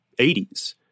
80s